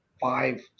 five